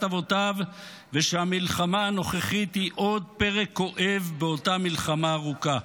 אבותיו ושהמלחמה הנוכחית היא עוד פרק כואב באותה מלחמה ארוכה.